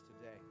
today